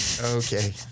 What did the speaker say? okay